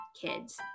kids